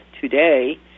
today